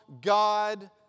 God